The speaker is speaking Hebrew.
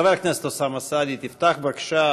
חבר הכנסת אוסאמה סעדי, תפתח בבקשה.